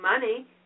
money